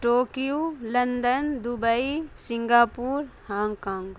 Tokyo London Dubai Singapore Hong Kong